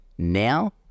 now